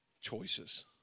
Choices